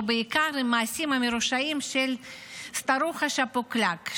ובעיקר עם המעשים המרושעים של סטארוחה שפוקלאק,